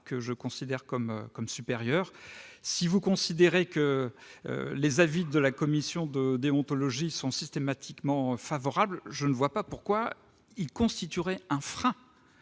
que j'estime supérieur. Si vous considérez que les avis de la commission de déontologie sont systématiquement favorables, je ne vois pas pourquoi ils constitueraient des freins